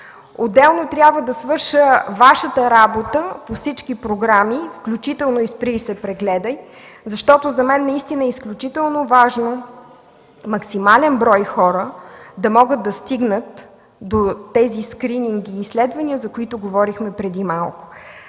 Отделно трябва да свърша Вашата работа по всички програми, включително и „Спри и се прегледай!”, защото за мен наистина е изключително важно максимален брой хора да могат да стигнат до тези скрининги и изследвания, за които говорихме преди малко.